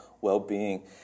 well-being